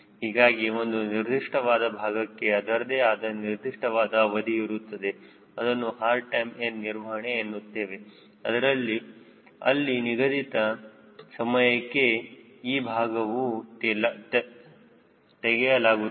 ಹೀಗಾಗಿ ಒಂದು ನಿರ್ದಿಷ್ಟವಾದ ಭಾಗಕ್ಕೆ ಅದರದೇ ಆದ ನಿರ್ದಿಷ್ಟವಾದ ಅವಧಿ ಇರುತ್ತದೆ ಅದನ್ನು ಹಾರ್ಡ್ ಟೈಮ್ ನಿರ್ವಹಣೆ ಎನ್ನುತ್ತೇವೆ ಅಂದರೆ ಅಲ್ಲಿ ನಿಗದಿತ ಸಮಯಕ್ಕೆ ಆ ಭಾಗವನ್ನು ತೆಗೆಯಲಾಗುತ್ತದೆ